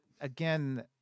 again